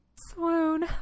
Swoon